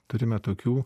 turime tokių